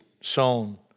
sown